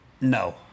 No